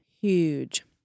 huge